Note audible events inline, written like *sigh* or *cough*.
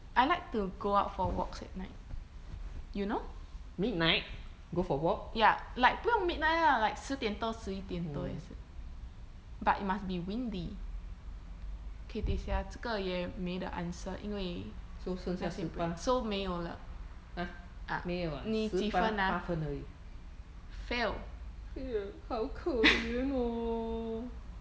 I like to go out for walks at night you know ya like 不用 midnight lah like 十点多十一点多也是 but it must be windy okay 等一下啊这个也没得 answer 因为 so 没有了啊你几分啊 fail *laughs*